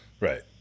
Right